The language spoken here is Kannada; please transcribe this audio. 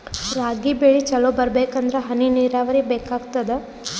ರಾಗಿ ಬೆಳಿ ಚಲೋ ಬರಬೇಕಂದರ ಹನಿ ನೀರಾವರಿ ಬೇಕಾಗತದ?